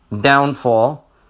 Downfall